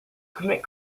commit